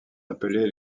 appelés